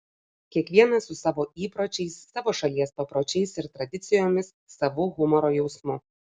kiekvienas su savo įpročiais savo šalies papročiais ir tradicijomis savu humoro jausmu